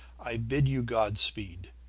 i bid you god-speed.